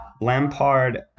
Lampard